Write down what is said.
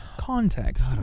context